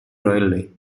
railway